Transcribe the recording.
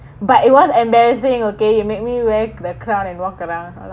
but it was embarrassing okay you make me wear the crown and walk around